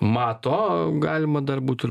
mato galima dar būtų ir